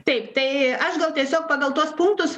taip tai aš gal tiesiog pagal tuos punktus